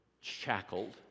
shackled